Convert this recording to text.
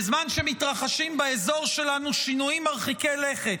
בזמן שמתרחשים באזור שלנו שינויים מרחיקי לכת,